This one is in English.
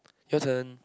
your turn